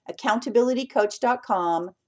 accountabilitycoach.com